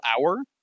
hour